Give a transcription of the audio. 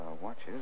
watches